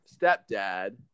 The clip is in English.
stepdad